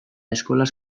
eskolaz